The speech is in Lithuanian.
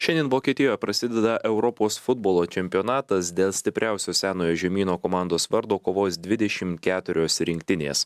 šiandien vokietijoj prasideda europos futbolo čempionatas dėl stipriausio senojo žemyno komandos vardo kovos dvidešim keturios rinktinės